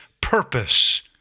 purpose